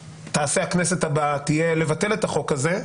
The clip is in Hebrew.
הכנסת הבאה יהיה לבטל את החוק הזה,